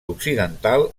occidental